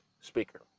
speaker